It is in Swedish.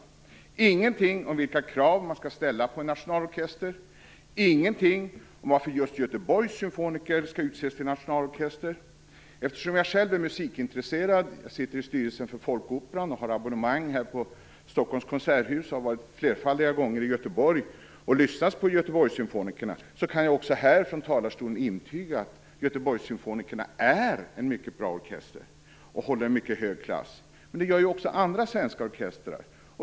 Det finns ingenting om vilka krav man skall ställa på en nationalorkester och ingenting om varför just Göteborgs Symfoniker skall utses till nationalorkester. Eftersom jag själv är musikintresserad - jag sitter i styrelsen för Folkoperan, har abonnemang på Stockholms konserthus och har varit flerfaldiga gånger i Göteborg och lyssnat på Göteborgs Symfoniker - kan jag också här från talarstolen intyga att Göteborgs Symfoniker är en mycket bra orkester och håller en mycket hög klass. Men det gör ju också andra svenska orkestrar.